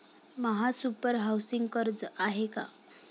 महासुपर हाउसिंग कर्ज आहे का?